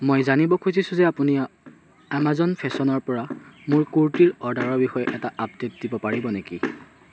মই জানিব খুজিছোঁ যে আপুনি আমাজন ফেশ্বনৰপৰা মোৰ কুৰ্তিৰ অৰ্ডাৰৰ বিষয়ে এটা আপডে'ট দিব পাৰিব নেকি